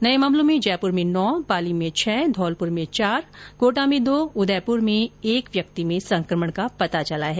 नये मामलों में जयपुर में नौ पाली में छः धौलपुर में चार कोटा में दो उदयपुर में एक व्यक्ति में संकमण का पता चला है